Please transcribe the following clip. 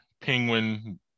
penguin